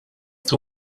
too